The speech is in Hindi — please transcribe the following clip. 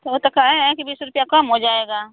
तो वो तो कहे हैं कि बीस रुपिया कम हो जाएगा